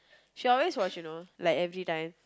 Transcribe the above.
she always watch you know like every time